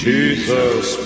Jesus